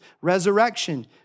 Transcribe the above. resurrection